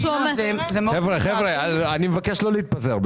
חבר'ה, אני מבקש לא להתפזר.